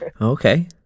Okay